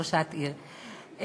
ראשת עיר.